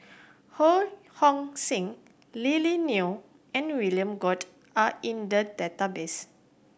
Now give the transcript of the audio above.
Ho Hong Sing Lily Neo and William Goode are in the database